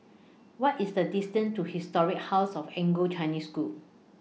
What IS The distance to Historic House of Anglo Chinese School